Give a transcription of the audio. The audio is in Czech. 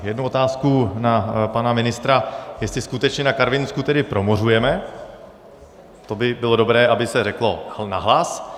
Jednu otázku na pana ministra, jestli skutečně na Karvinsku tedy promořujeme, to by bylo dobré, aby se řeklo nahlas.